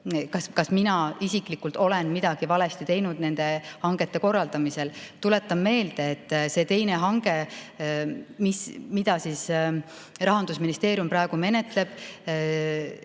Kersna isiklikult, olen midagi valesti teinud nende hangete korraldamisel. Tuletan meelde, et see teine hange, mida Rahandusministeerium praegu menetleb